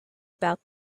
about